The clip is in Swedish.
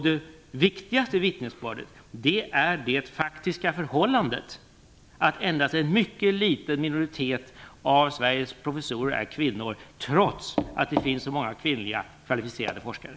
Det viktigaste vittnesbördet är det faktiska förhållandet att endast en mycket liten minoritet av Sveriges professorer är kvinnor, trots att det finns så många kvinnliga kvalificerade forskare.